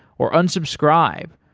or unsubscribe,